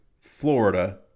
Florida